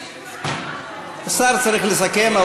השר צריך לסכם,